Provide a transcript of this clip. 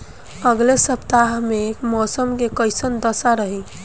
अलगे सपतआह में मौसम के कइसन दशा रही?